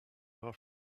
africa